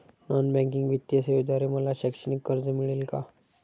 Non banking वित्तीय सेवेद्वारे मला शैक्षणिक कर्ज मिळेल का?